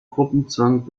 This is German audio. gruppenzwang